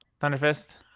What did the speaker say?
Thunderfist